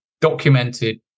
documented